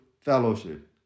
fellowship